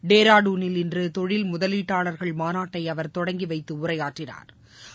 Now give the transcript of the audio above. டேராடுனில் இன்று தொழில் முதலீட்டாளா்கள் மாநாட்டை அவா் தொடங்கி வைத்து உரையாற்றினாா்